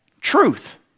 truth